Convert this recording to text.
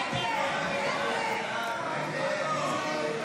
ההצעה להעביר לוועדה את הצעת חוק לתיקון פקודת העדה הדתית (המרה)